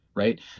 Right